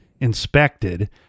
inspected